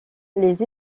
les